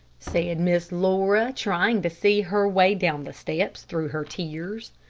said miss laura, trying to see her way down the steps through her tears.